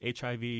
HIV